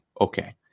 okay